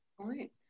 point